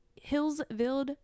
hillsville